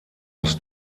muss